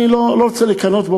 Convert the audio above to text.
אני לא רוצה לקנא בו,